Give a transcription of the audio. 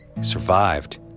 survived